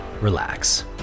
relax